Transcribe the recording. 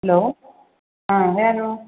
hello ಹಾಂ ಯಾರು